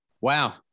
Wow